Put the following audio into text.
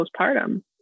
postpartum